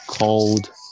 called